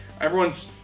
Everyone's